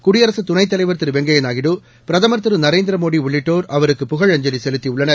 குடியரசு துணைத்தலைவர் திரு வெங்கையா நாயுடு பிரதமர் திரு நரேந்திரமோடி உள்ளிட்டோா் அவருக்கு புகழஞ்சலி செலுத்தியுள்ளன்